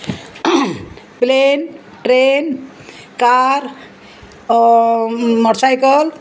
plan train car motorcycle